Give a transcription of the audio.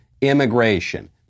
immigration